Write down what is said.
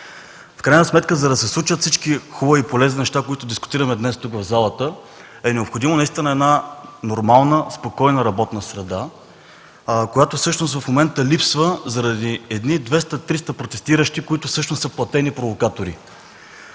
В крайна сметка, за да се случат всички хубави и полезни неща, които дискутираме днес тук в залата, е необходима нормална, спокойна работна среда, която в момента липсва заради 200 300 протестиращи, които всъщност са платени провокатори.